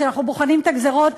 כשאנחנו בוחנים את הגזירות,